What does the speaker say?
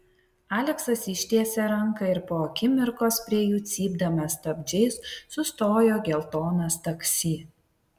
aleksas ištiesė ranką ir po akimirkos prie jų cypdamas stabdžiais sustojo geltonas taksi